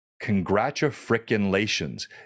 congratulations